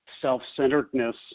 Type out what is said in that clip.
self-centeredness